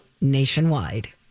nationwide